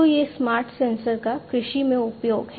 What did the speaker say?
तो यह smart sensor का कृषि में उपयोग है